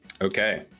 Okay